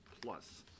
Plus